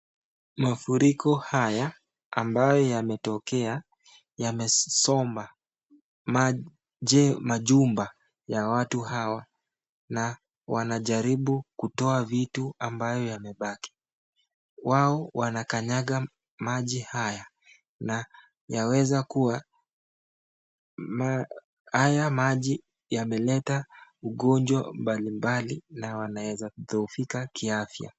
Mafuriko haya ambayo yametokea yamesomba majumba ya watu hawa na wanajaribu kutoa vitu zimebaki. Wao wanakanyaga maji haya. Haya maji yameleta ugonjwa mbali mbali na wanaweza dhoofika kiafya.